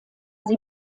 sie